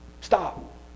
Stop